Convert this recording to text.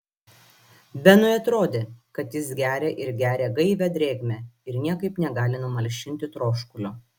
benui atrodė kad jis geria ir geria gaivią drėgmę ir niekaip negali numalšinti troškulio